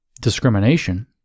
discrimination